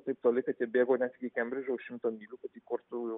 taip toli kad jie bėgo net iki kembridžo už šimto mylių kad įkurtų